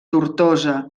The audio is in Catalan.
tortosa